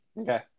Okay